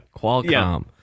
Qualcomm